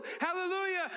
hallelujah